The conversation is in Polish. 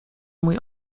mój